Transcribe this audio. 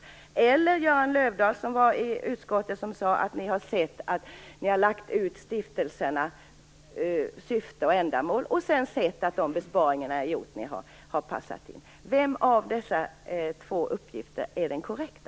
Samtidigt har Göran Löfdahl i utskottet sagt att ni lagt ut stiftelsernas syfte och ändamål och sedan sett att de besparingar ni gjort har passat in. Vilken av dessa två uppgifter är den korrekta?